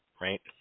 right